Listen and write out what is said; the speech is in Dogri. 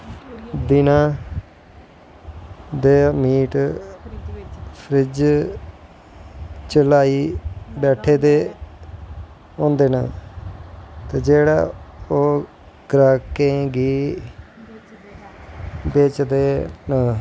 दिन दे मीट फ्रिज च लाई बैठे दे होंदे न जेह्ड़े ओह् ग्राह्कें गी बेचदे नै